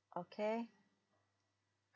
okay